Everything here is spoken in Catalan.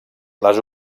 les